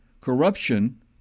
corruption